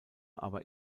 aber